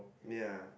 ya